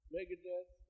Megadeth